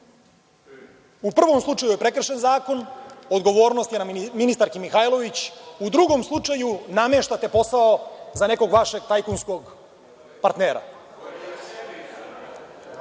U prvom slučaju je prekršen zakon, odgovornost je na ministarki Mihajlović. U drugom slučaju nameštate posao za nekog vašeg tajkunskog partnera. Druga